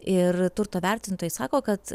ir turto vertintojai sako kad